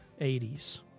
80s